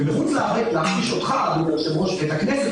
ובחוץ לארץ להכפיש אותך אדוני היושב-ראש ואת הכנסת,